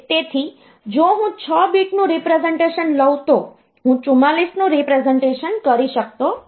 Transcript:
તેથી જો હું 6 બીટનું રીપ્રેસનટેશન લઉ તો હું 44 નું રીપ્રેસનટેશન કરી શકતો નથી